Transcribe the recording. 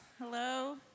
Hello